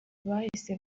bahise